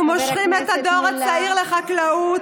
אנחנו מושכים את הדור הצעיר לחקלאות,